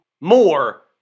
more